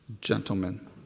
gentlemen